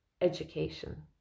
education